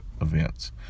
events